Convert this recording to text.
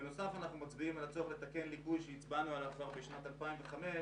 בנוסף יש לתקן לאלתר את הליקוי שהעלה מבקר המדינה כבר בדוח 55ב (2005),